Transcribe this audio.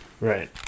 Right